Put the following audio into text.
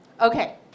Okay